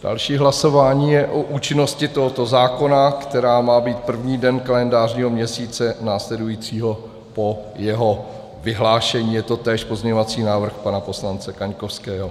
Další hlasování je o účinnosti tohoto zákona, která má být první den kalendářního měsíce následujícího po jeho vyhlášení, je to též pozměňovací návrh pana poslance Kaňkovského .